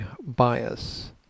bias